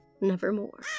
nevermore